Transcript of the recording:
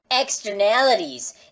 Externalities